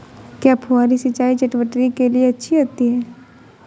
क्या फुहारी सिंचाई चटवटरी के लिए अच्छी होती है?